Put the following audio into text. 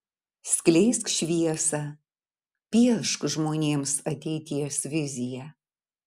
skleisk šviesą piešk žmonėms ateities viziją